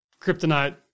kryptonite